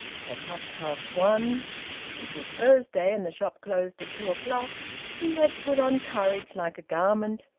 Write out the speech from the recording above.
at half-past one it was thursday, and the shop closed at two o'clock he had put on courage like a garment,